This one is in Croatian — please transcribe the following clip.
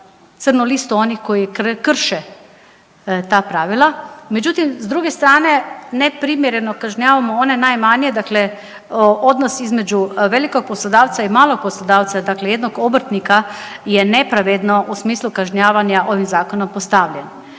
crnu listu onih koji krše ta pravila, međutim s druge strane neprimjereno kažnjavamo one najmanje, dakle odnos između velikog poslodavca i malog poslodavca, dakle jednog obrtnika je nepravedno u smislu kažnjavanja ovim zakonom postavljen.